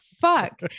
fuck